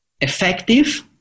effective